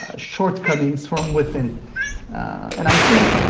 ah shortcomings from within and i think